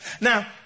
Now